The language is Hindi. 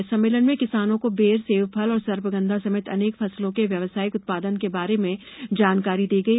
इस सम्मेलन में किसानों को बेर सेवफल और सर्पगंधा समेत अनेक फसलों के व्यावसायिक उत्पादन के बारे में जानकारी दी गई